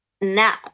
Now